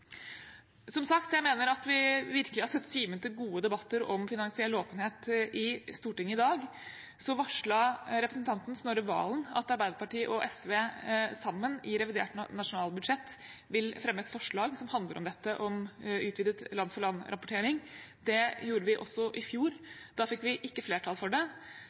Som sagt: Jeg mener at vi virkelig har sett kimen til gode debatter om finansiell åpenhet i Stortinget i dag. Så varslet representanten Snorre Serigstad Valen at Arbeiderpartiet og SV sammen i revidert nasjonalbudsjett vil fremme et forslag som handler om utvidet land-for-land-rapportering. Det gjorde vi også i fjor. Da fikk vi ikke flertall for det.